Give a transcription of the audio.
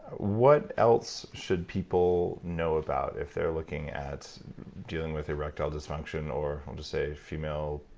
what else should people know about, if they're looking at dealing with erectile dysfunction, or we'll just say female.